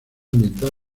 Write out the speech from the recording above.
ambiental